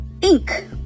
ink